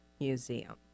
Museum